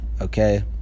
Okay